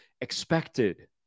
expected